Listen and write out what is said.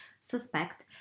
suspect